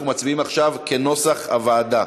אנחנו מצביעים עכשיו כנוסח הוועדה.